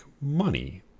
money